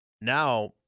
Now